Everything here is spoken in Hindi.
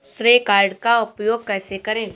श्रेय कार्ड का उपयोग कैसे करें?